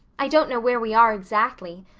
i don't know where we are exactly,